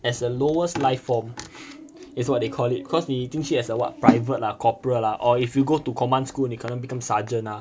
as a lowest life form is what they call it cause 你出去 as a what private lah coporate lah or if you go to command school 你可能 become sergeant ah